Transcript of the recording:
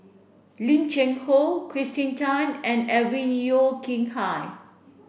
Lim Cheng Hoe Kirsten Tan and Alvin Yeo Khirn Hai